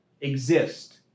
Exist